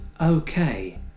okay